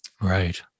Right